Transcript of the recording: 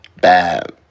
Bad